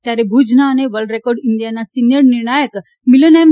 ત્યારે ભુજના અને વર્લ્ડ રેકોર્ડ ઈન્ડિયાના સિનિયર નિર્ણાયક મિલન એમ